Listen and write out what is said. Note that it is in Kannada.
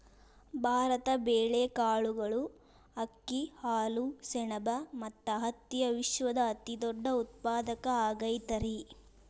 ಭಾರತ ಬೇಳೆ, ಕಾಳುಗಳು, ಅಕ್ಕಿ, ಹಾಲು, ಸೆಣಬ ಮತ್ತ ಹತ್ತಿಯ ವಿಶ್ವದ ಅತಿದೊಡ್ಡ ಉತ್ಪಾದಕ ಆಗೈತರಿ